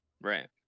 Right